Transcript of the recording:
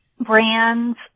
brands